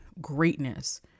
greatness